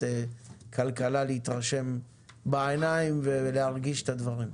כלכלה כדי להתרשם בעיניים ולהרגיש את הדברים.